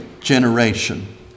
generation